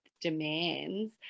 demands